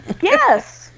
Yes